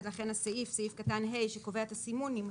ולכן הסעיף סעיף קטן (ה) שקובע את הסימון נמחק.